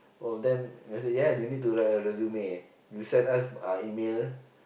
oh then I say yes you need to write a resume you send us uh email